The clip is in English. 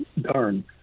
darn